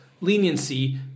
leniency